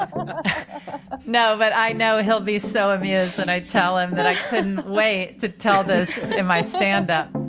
um ah ah know. but i know he'll be so obvious. and i tell him that i couldn't wait to tell this in my stand up